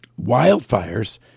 wildfires